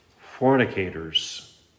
fornicators